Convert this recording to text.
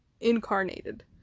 Incarnated